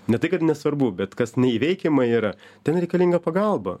ne tai kad nesvarbu bet kas neįveikiama yra ten reikalinga pagalba